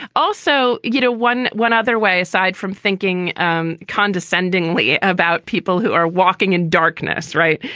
also, you know, one one other way, aside from thinking um condescendingly about people who are walking in darkness. right.